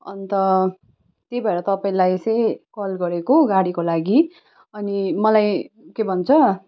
अन्त त्यही भएर तपाईँलाई चाहिँ कल गरेको गाडीको लागि अनि मलाई के भन्छ